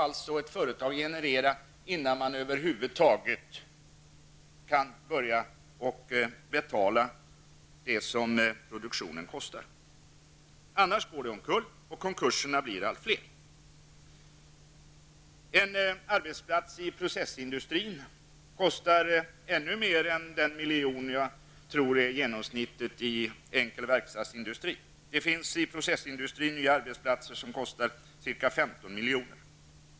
Och detta skall ett företag generera, innan man över huvud taget kan börja betala vad produktionen kostar, annars går företaget omkull. Konkurserna blir för övrigt allt fler. En arbetsplats inom processindustrin kostar ännu mer än den miljon som jag tror är en genomsnittssiffra inom enkel verkstadsindustri. Inom processindustrin kan nya arbetsplatser kosta ca 15 miljoner.